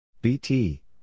BT